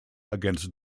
against